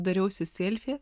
dariausi selfi